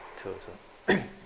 too also